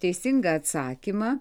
teisingą atsakymą